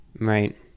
right